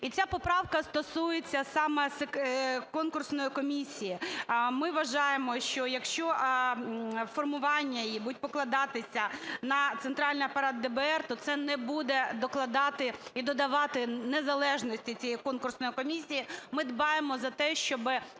і ця поправка стосується саме конкурсної комісії. Ми вважаємо, що якщо формування її будуть покладатися на центральний апарат ДБР, то це не буде докладати і додавати незалежності цієї конкурсної комісії. Ми дбаємо за те, щоб